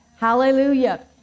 Hallelujah